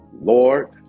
lord